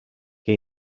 que